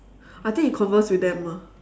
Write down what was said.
I think you converse with them ah